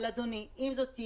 אבל, אדוני, אם זה תהיה